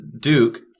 Duke